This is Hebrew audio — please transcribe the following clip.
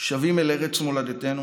שבים אל ארץ מולדתנו.